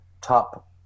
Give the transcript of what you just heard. top